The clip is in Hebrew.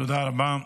תודה רבה.